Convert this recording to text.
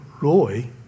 Roy